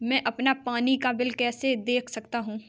मैं अपना पानी का बिल कैसे देख सकता हूँ?